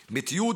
מתיעוד